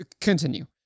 continue